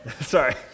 sorry